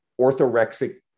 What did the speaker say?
orthorexic